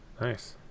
nice